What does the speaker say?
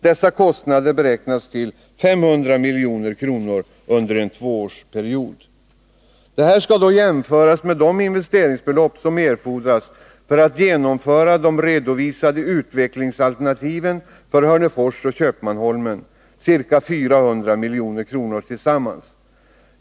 Dessa kostnader beräknas till ca 500 milj.kr. under en tvåårsperiod. Detta skall då jämföras med de investeringsbelopp som erfordras för att genomföra redovisade utvecklingsalternativ för Hörnefors och Köpmanholmen, ca 400 milj.kr. tillsammans.